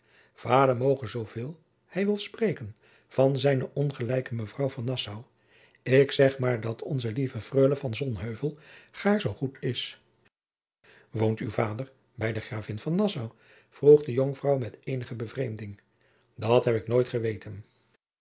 moge zooveel hum wil spreken van zijne ongelijkelijke mevrouw van nassau ik zeg maôr dat onze lieve freule van sonheuvel gaôr zoo goed is woont uw vader bij de gravin van nassau vroeg de jonkvrouw met eenige bevreemding dat heb ik nooit geweten